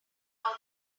car